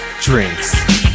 drinks